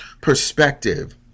perspective